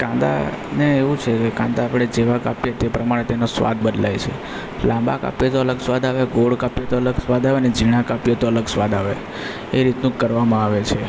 કાંદાને એવું છે કે કાંદા આપણે જેવા કાપીએ તે પ્રમાણે તેનો સ્વાદ બદલાય છે લાંબા કાપીએ તો અલગ સ્વાદ આવે ગોળ કાપીએ તો અલગ સ્વાદ આવેને ઝીણા કાપીએ તો અલગ સ્વાદ આવે એ રીતનું કરવામાં આવે છે